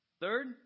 Third